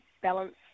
balance